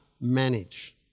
manage